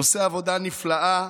עושה עבודה נפלאה,